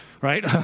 right